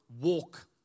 walk